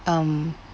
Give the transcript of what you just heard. um